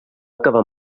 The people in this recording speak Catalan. acabar